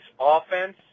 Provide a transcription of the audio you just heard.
offense